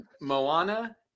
Moana